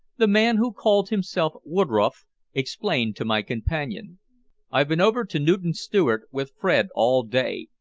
the man who called himself woodroffe explained to my companion i've been over to newton stewart with fred all day,